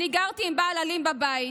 אני גרתי עם בעל אלים בבית.